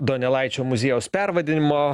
donelaičio muziejaus pervadinimo